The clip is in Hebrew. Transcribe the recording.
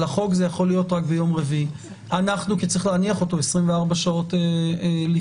על החוק זה יהיה רק ביום רביעי כי צריך להניח אותו 24 שעות לפני.